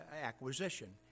acquisition